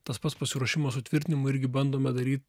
tas pats pasiruošimo sutvirtinimo irgi bandome daryt